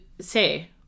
say